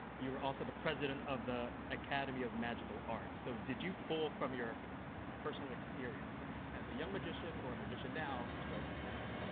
you were also the president of the academy of magical art. so, did you pull from your personal experiences as a young magician or a magician now to write these books?